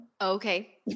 Okay